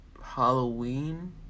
Halloween